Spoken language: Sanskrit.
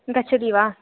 गच्छति वा